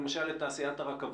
לתעשיית הרכבות.